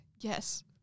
Yes